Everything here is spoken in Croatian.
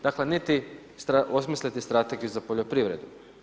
Dakle niti, osmisliti strategiju za poljoprivredu.